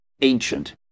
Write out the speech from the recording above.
ancient